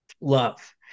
Love